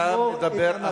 היו בחירות, אתה תדבר אחריו.